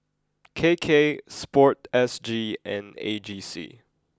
K K sport S G and A G C